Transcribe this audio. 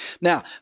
Now